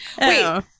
Wait